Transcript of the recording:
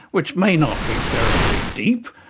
which may not be terribly deep,